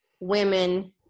women